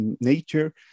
Nature